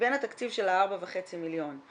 מבין התקציב של ה-4.5 מיליון,